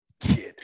Kid